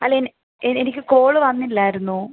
അല്ല എനി എനിക്ക് കോള് വന്നില്ലായിരുന്നു